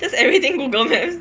just everything Google map